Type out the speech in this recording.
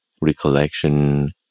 recollection